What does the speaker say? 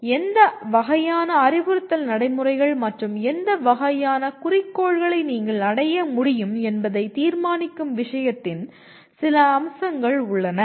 எனவே எந்த வகையான அறிவுறுத்தல் நடைமுறைகள் மற்றும் எந்த வகையான குறிக்கோள்களை நீங்கள் அடைய முடியும் என்பதை தீர்மானிக்கும் விஷயத்தின் சில அம்சங்கள் உள்ளன